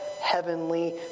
heavenly